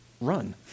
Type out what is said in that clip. run